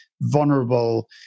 vulnerable